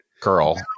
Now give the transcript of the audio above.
girl